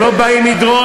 מה לך ולמקום הזה?